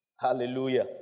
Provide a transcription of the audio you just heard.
hallelujah